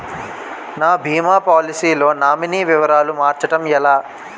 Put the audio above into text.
నా భీమా పోలసీ లో నామినీ వివరాలు మార్చటం ఎలా?